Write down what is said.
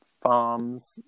farms